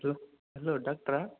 hello hello ಡಾಕ್ಟ್ರಾ